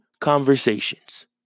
Conversations